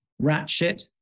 Ratchet